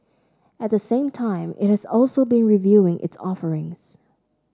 at the same time it has also been reviewing its offerings